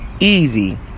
easy